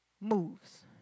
moves